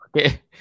Okay